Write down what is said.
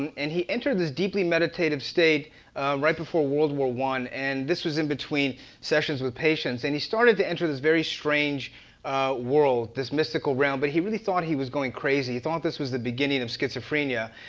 and and he entered this deeply meditative state right before world war i, and this was in between sessions with patients. and he started to enter this very strange world, this mystical realm. but he really thought he was going crazy. he thought this was the beginning of schizophrenia.